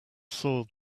soiled